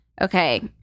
Okay